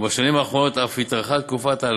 ובשנים האחרונות אף התארכה תקופת ההלוואה.